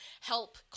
help